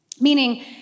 Meaning